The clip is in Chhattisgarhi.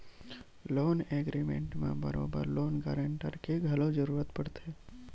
लोन एग्रीमेंट म बरोबर लोन गांरटर के घलो जरुरत पड़थे